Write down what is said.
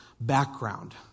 background